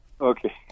Okay